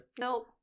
Nope